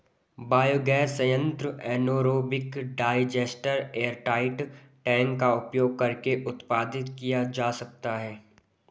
biogas संयंत्र anaerobic digester airtight tank का उपयोग करके उत्पादित किया जा सकता है